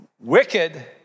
wicked